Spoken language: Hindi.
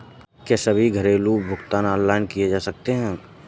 क्या सभी घरेलू भुगतान ऑनलाइन किए जा सकते हैं?